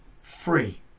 Free